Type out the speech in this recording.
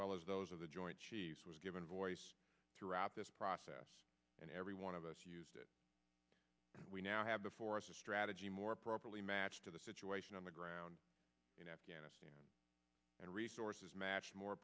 well as those of the joint chiefs was given voice throughout this process and every one of us used it we now have before us a strategy more properly matched to the situation on the ground in afghanistan and resources matched more